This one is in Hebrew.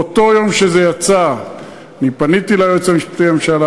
באותו יום שזה יצא אני פניתי ליועץ המשפטי לממשלה,